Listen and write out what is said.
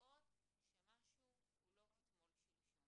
ולזהות שמשהו הוא לא כתמול שלשום,